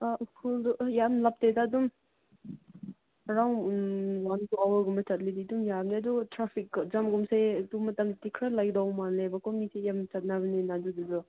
ꯑꯥ ꯎꯈ꯭ꯔꯨꯜꯗꯣ ꯌꯥꯝ ꯂꯥꯞꯇꯦꯗ ꯑꯗꯨꯝ ꯑꯦꯔꯥꯎꯟ ꯋꯥꯟ ꯑꯋꯥꯔꯒꯨꯝꯕ ꯆꯠꯂꯗꯤ ꯑꯗꯨꯝ ꯌꯥꯕꯅꯦ ꯑꯗꯨ ꯇ꯭ꯔꯥꯐꯤꯛ ꯖꯥꯝꯒꯨꯝꯕꯁꯦ ꯑꯗꯨ ꯃꯇꯝꯗꯗꯤ ꯈꯔ ꯂꯩꯒꯗꯧꯕ ꯃꯥꯜꯂꯦꯕꯀꯣ ꯃꯤꯁꯦ ꯌꯥꯝ ꯆꯠꯅꯕꯅꯤꯅ ꯑꯗꯨꯒꯤꯗꯣ